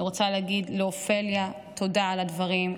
אני רוצה להגיד לאופליה תודה על הדברים,